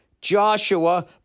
Joshua